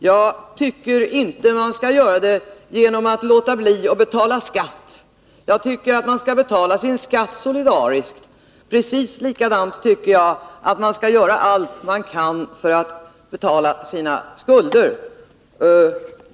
Jag tycker inte man skall göra det genom att låta bli att betala skatt — jag tycker att man skall betala sin skatt solidariskt. Precis på samma sätt tycker jag att man skall göra allt man kan för att betala sina skulder.